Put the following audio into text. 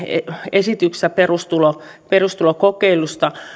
esityksessä perustulokokeilusta